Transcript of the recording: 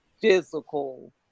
physical